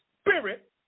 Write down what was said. spirit